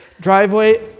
driveway